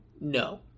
No